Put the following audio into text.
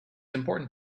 important